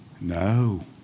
No